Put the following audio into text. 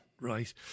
right